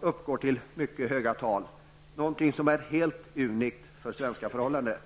uppgår till mycket höga tal, vilket jag tidigare påminde om. Detta är något helt unikt för svenska förhållanden.